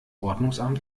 ordnungsamt